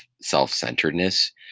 self-centeredness